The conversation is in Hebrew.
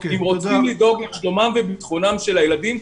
אם רוצים לדאוג לשלומם ולביטחונם של הילדים,